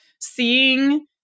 Seeing